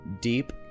deep